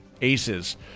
aces